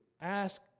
ask